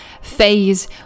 phase